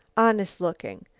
honest-lookin'.